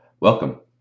Welcome